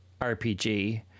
rpg